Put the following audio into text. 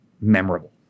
memorable